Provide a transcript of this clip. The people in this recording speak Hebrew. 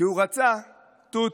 כי הוא רצה תות.